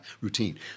routine